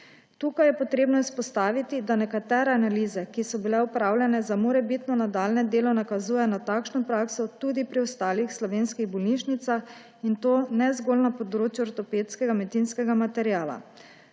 Tukaj je potrebno izpostaviti, da nekatere analize, ki so bile opravljene za morebitno nadaljnje delo, nakazuje na takšno prakso tudi pri ostalih slovenskih bolnišnicah, in to ne zgolj na področju ortopedskega medicinskega materiala.